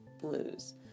Blues